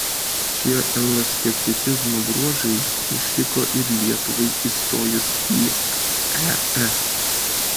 šie euroskepticizmo bruožai išliko ir lietuvai įstojus į es